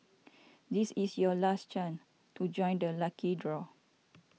this is your last chance to join the lucky draw